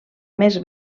més